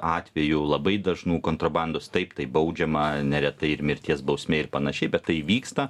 atvejų labai dažnų kontrabandos taip tai baudžiama neretai ir mirties bausmė ir panašiai bet tai vyksta